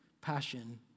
passion